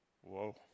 whoa